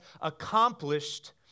accomplished